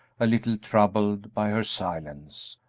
a little troubled by her silence.